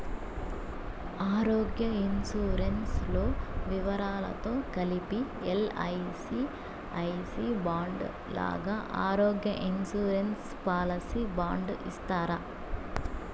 ఆరోగ్య ఇన్సూరెన్సు లో వివరాలతో కలిపి ఎల్.ఐ.సి ఐ సి బాండు లాగా ఆరోగ్య ఇన్సూరెన్సు పాలసీ బాండు ఇస్తారా?